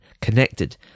connected